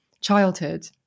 childhood